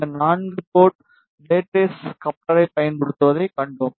இந்த நான்கு port rat race கப்ளரைப் பயன்படுத்துவதைக் கண்டோம்